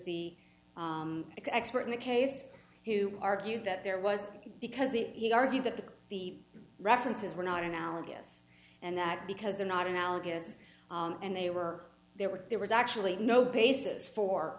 the expert in the case who argued that there was because the he argued that the references were not analogous and that because they're not analogous and they were there were there was actually no basis for